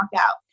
out